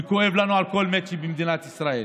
וכואב לנו על כל מת במדינת ישראל